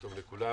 לכולם.